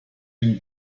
den